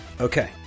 Okay